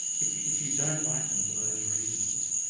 if you if you don't like them for those reasons,